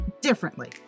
differently